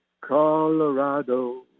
Colorado